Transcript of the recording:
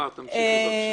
תמר, תמשיכי בבקשה.